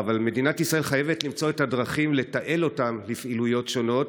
אבל מדינת ישראל חייבת למצוא את הדרכים לתעל אותם לפעילויות שונות,